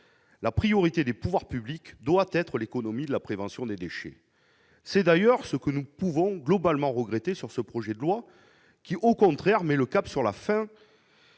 La priorité des pouvoirs publics doit être la prévention de la production des déchets. C'est d'ailleurs ce que nous pouvons globalement regretter sur ce projet de loi qui, au contraire, met l'accent sur la fin